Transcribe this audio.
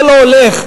זה לא הולך,